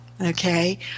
okay